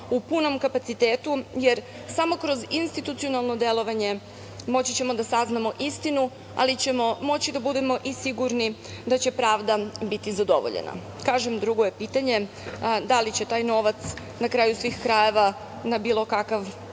u punom kapacitetu, jer samo kroz institucionalno delovanje moći ćemo da saznamo istinu, ali ćemo moći da budemo sigurni da će pravda biti zadovoljena. Kažem, drugo je pitanje da li će taj novac, na kraju svih krajeva, na bilo kakav